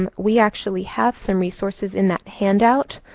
um we actually have some resources in that handout.